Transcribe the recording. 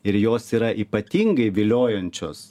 ir jos yra ypatingai viliojančios